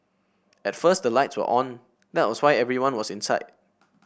at first the lights were on that was why everyone was inside